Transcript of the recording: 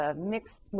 mixed